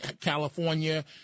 California